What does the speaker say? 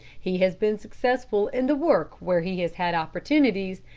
he has been successful in the work where he has had opportunities,